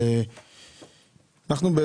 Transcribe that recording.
בקשה.